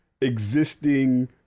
existing